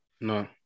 No